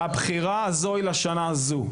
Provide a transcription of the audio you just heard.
הבחירה הזאת היא לשנה הזו.